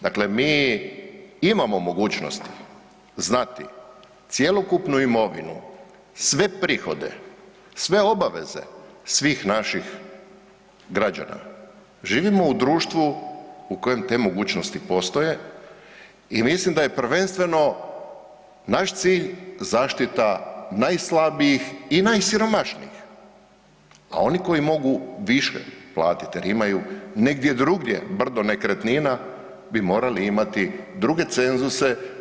Dakle, mi imamo mogućnosti znati cjelokupnu imovinu, sve prihode, sve obaveze svih naših građana, živimo u društvu u kojem te mogućnosti postoje i mislim da je prvenstveno naš cilj zaštita najslabijih i najsiromašnijih, a oni koji mogu više platit jer imaju negdje drugdje brdo nekretnina bi morali imati druge cenzuse.